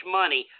money